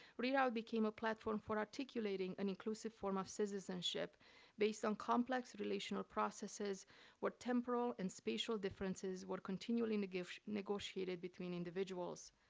re route became a platform for articulating an inclusive form of citizenship based on complex relational processes where temporal and spatial differences were continually and negotiated between individuals.